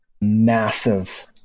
massive